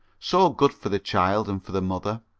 so good for the child and for the mother,